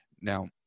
Now